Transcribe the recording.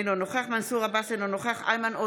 אינו נוכח מנסור עבאס, אינו נוכח